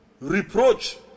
reproach